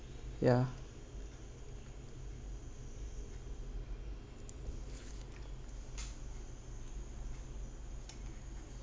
ya